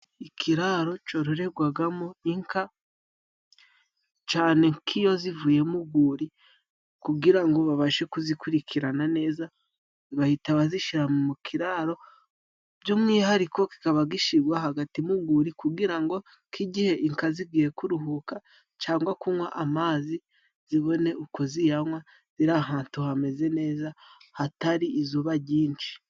Ikiraro cororegwagamo inka, cane nk'iyo zivuye mu gwuri kugira ngo babashe kuzikurikirana neza. Bahita bazishira mu kiraro by'umwihariko kikaba gishigwa hagati mu gwuri, kugira ngo nk'igihe inka zigiye kuruhuka cangwa kunywa amazi, zibone uko ziyanywa ziri ahatu hameze neza hatari izuba ryinshi.